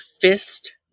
fist